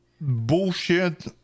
Bullshit